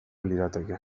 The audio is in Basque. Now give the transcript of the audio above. lirateke